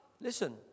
Listen